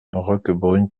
roquebrune